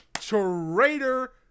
trader